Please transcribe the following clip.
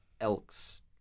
elks